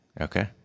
Okay